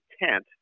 intent